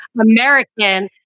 American